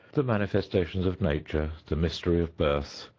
the manifestations of nature, the mystery of birth,